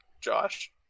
Josh